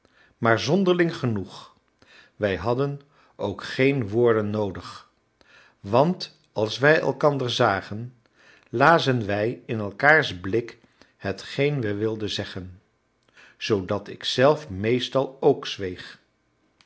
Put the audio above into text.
maar zonderling genoeg wij hadden ook geen woorden noodig want als wij elkander zagen lazen wij in elkaars blik hetgeen we wilden zeggen zoodat ik zelf meestal ook zweeg